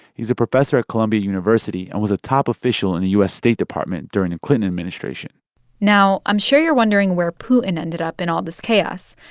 he's a professor at columbia university and was a top official in the u s. state department during the ah clinton administration now, i'm sure you're wondering where putin ended up in all this chaos.